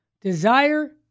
Desire